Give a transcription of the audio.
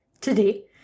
Today